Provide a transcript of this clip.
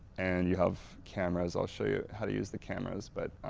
and you have camera's i'll show you how to use the cameras but,